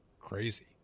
crazy